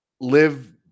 live